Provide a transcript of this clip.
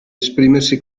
esprimersi